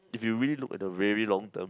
if you really look the very long term